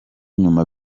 nyuma